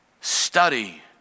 Study